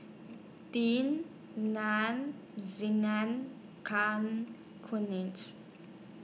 Ding Nam Zainal Can Kuning's